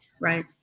Right